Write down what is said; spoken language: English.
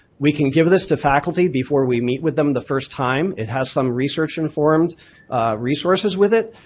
we can give this to faculty before we meet with them the first time. it has some research informed resources with it.